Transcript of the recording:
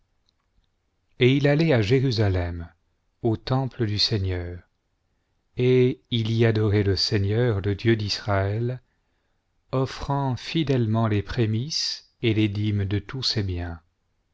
et il allait à jérusalem au templ du seigneur et il y adorait le seigneur le dieu d'israël offrant fidèlement les prémices et les dîmes de tous ses biens